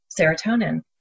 serotonin